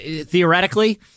theoretically